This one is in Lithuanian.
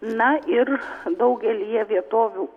na ir daugelyje vietovių